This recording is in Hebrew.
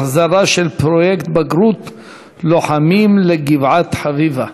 החזרת פרויקט "בגרות לוחמים" לגבעת-חביבה.